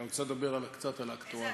כי אני רוצה לדבר קצת על האקטואליה.